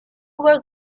were